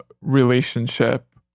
relationship